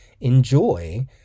enjoy